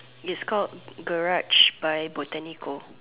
is called garage by Botanica